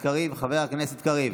חבר הכנסת קריב?